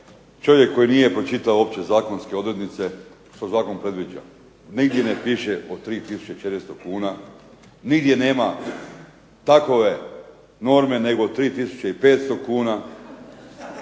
čovjek koji nije pročitao uopće zakonske odrednice što zakon predviđa, nigdje ne piše o 3400 kuna, nigdje nema takove norme, nego 3500 kuna